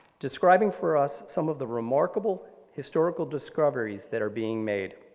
describing for us some of the remarkable historical discoveries that are being made.